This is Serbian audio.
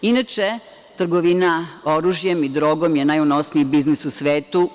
Inače, trgovina oružjem i drogom je najunosniji biznis u svetu.